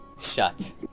shut